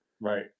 Right